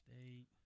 State